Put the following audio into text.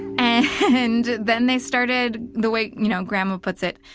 and then they started the way you know grandma puts it,